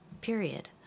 period